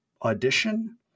audition